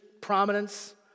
prominence